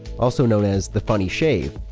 also known as the funny shave,